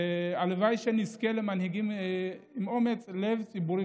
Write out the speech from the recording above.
והלוואי שנזכה למנהיגים עם אומץ לב ציבורי,